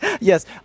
Yes